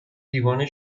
دیوانه